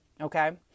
Okay